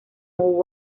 hubo